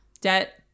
debt